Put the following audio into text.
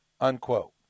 unquote